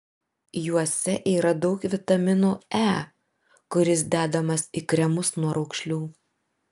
juose yra daug vitamino e kuris dedamas į kremus nuo raukšlių